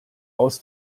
aus